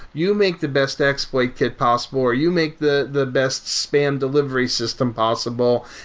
you make the best exploit kit possible or you make the the best span delivery system possible.